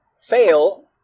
fail